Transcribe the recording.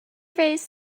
raised